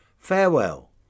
Farewell